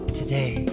today